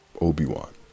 Obi-Wan